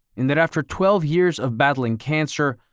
in that after twelve years of battling cancer,